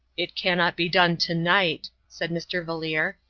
it cannot be done tonight, said mr. valeer.